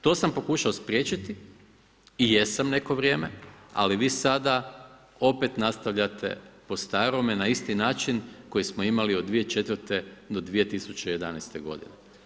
To sam pokušao spriječiti i jesam neko vrijeme, ali vi sada opet nastavljate po starome na isti način koji smo imali od 2004. do 2011. godine.